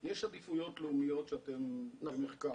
יש עדיפויות לאומיות במחקר.